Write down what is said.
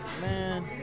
man